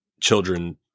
children